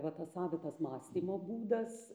va tas savitas mąstymo būdas